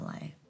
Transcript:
life